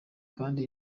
kandi